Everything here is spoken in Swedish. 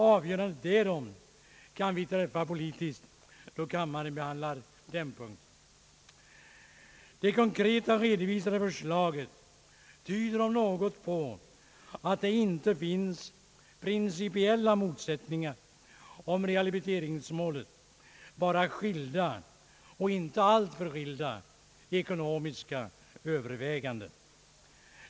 Avgörandet därom kan vi träffa politiskt då kammaren behandlar den punkten. Det konkreta, redovisade förslaget tyder om något på att det inte finns principiella motsättningar om rehabiliteringsmålet, bara skilda — och inte alltför skilda — ekonomiska överväganden.